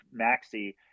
maxi